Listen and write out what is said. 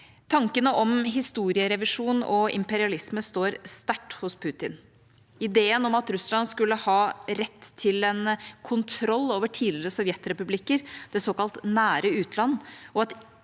Tankene om historierevisjon og imperialisme står sterkt hos Putin. Ideen om at Russland skulle ha rett til en kontroll over tidligere sovjetrepublikker, det såkalt nære utland,